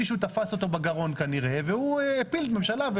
אם חבריו בתקווה חדשה ובנימינה לא היו מרמים את הבוחר ומקימים ממשלה עם